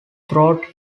throughout